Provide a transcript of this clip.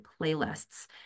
playlists